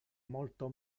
molto